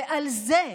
ועל זה,